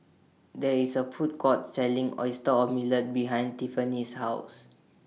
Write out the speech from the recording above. There IS A Food Court Selling Oyster Omelette behind Tiffanie's House